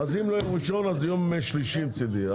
אם לא יום ראשון אז יום שלישי מצידי.